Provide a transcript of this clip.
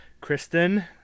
kristen